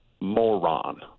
moron